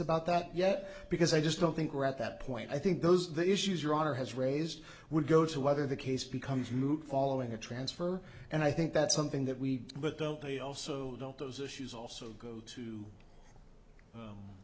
about that yet because i just don't think we're at that point i think those the issues your honor has raised would go to whether the case becomes moot following a transfer and i think that's something that we but don't they also don't those issues also go to